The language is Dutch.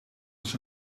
als